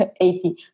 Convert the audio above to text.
80